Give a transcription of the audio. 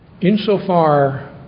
Insofar